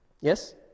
Yes